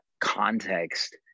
context